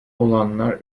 olanlar